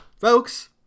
Folks